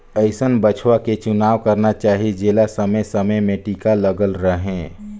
अइसन बछवा के चुनाव करना चाही जेला समे समे में टीका लगल रहें